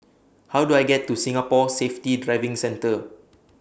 How Do I get to Singapore Safety Driving Centre